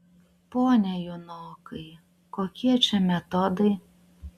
pone junokai kokie čia metodai